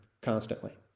constantly